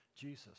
Jesus